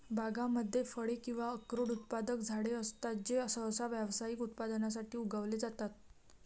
बागांमध्ये फळे किंवा अक्रोड उत्पादक झाडे असतात जे सहसा व्यावसायिक उत्पादनासाठी उगवले जातात